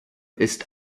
ist